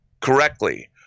correctly